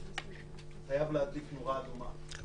טבריה, חייב להדליק נורה אדומה.